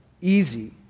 easy